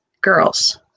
girls